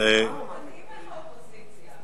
בוז'י, מתאים לך אופוזיציה, מתאים לך.